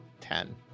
Ten